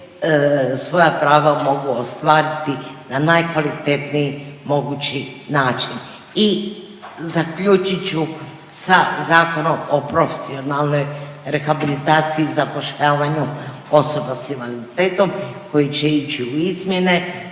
svoja prava mogu ostvariti na najkvalitetniji mogući način. I zaključit ću sa Zakonom o profesionalnoj rehabilitaciji i zapošljavanju osoba s invaliditetom koji će ići u izmjene